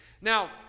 Now